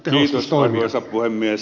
kiitos arvoisa puhemies